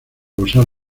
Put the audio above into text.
usar